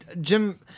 Jim